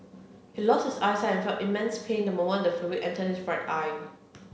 he lost his eyesight and felt immense pain the moment the fluid entered his right eye